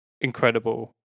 incredible